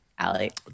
Alex